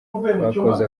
bakoze